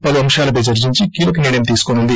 పలు అంశాలపై చర్సించి కీలక నిర్ణయం తీసుకోనుంది